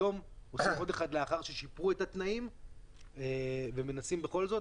היום עושים עוד אחד לאחר ששיפרו את התנאים ומנסים בכל זאת.